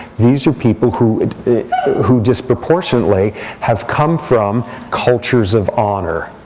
these are people who who disproportionately have come from cultures of honor.